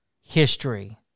history